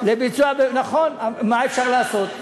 נכון, מה אפשר לעשות?